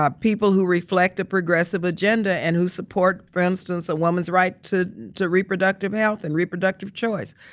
ah people who reflect a progressive agenda, and who support for instance, a woman's right to to reproductive health and reproductive choice,